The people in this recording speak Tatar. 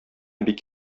бик